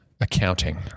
accounting